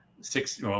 six